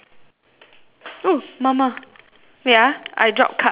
oo mama wait ah I drop card wait ah